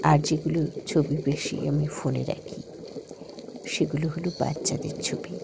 আর যেগুলো ছবি বেশি আমি ফোনে রাখি সেগুলো হলো বাচ্চাদের ছবি